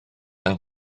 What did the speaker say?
yng